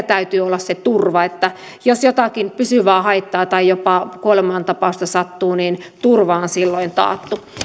täytyy olla se turva että jos jotakin pysyvää haittaa tai jopa kuolemantapausta sattuu niin turva on silloin taattu